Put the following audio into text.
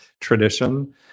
tradition